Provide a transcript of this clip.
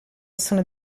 sono